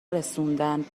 رسوندن